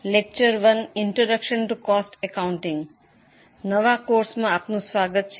ખર્ચ અને વ્યવસ્થાપન હિસાબી કરણના નવા અભ્યાસક્રમમાં આપનું સ્વાગત છે